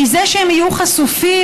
מזה שהם יהיו חשופים,